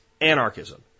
anarchism